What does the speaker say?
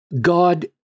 God